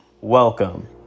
Welcome